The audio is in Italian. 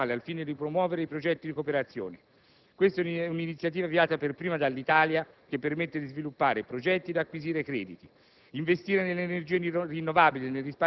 rifinanziare il Fondo istituito presso la Banca mondiale al fine di promuovere i progetti di cooperazione. Questa è un'iniziativa avviata per prima dall'Italia che permette di sviluppare progetti ed acquisire crediti.